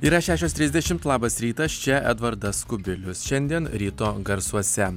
yra šešios trisdešimt labas rytas čia edvardas kubilius šiandien ryto garsuose